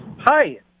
Hi